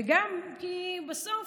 וגם כי בסוף,